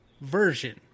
version